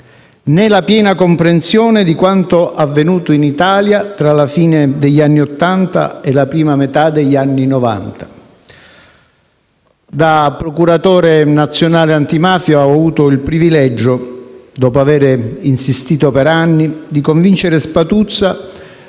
la piena comprensione di quanto avvenuto in Italia tra la fine degli anni Ottanta e la prima metà degli anni Novanta. Da procuratore nazionale antimafia ho avuto il privilegio, dopo aver insistito per anni, di convincere Spatuzza